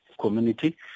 community